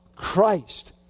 Christ